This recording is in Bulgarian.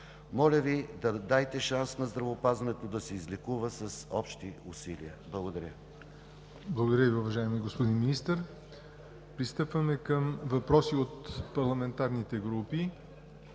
Моля Ви, дайте шанс на здравеопазването да се излекува с общи усилия. Благодаря. ПРЕДСЕДАТЕЛ ЯВОР НОТЕВ: Благодаря Ви, уважаеми господин Министър. Пристъпваме към въпроси от парламентарните групи.